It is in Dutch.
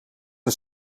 het